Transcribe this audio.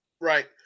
Right